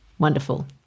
Wonderful